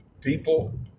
people